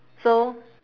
so